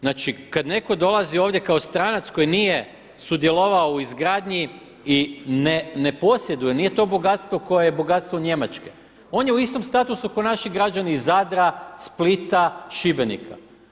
Znači kada netko dolazi ovdje kao stranac koji nije sudjelovao u izgradnji i ne posjeduje, nije to bogatstvo koje je bogatstvo Njemačke, on je u istom statusu kao naši građani iz Zadra, Splita, Šibenika.